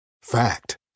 Fact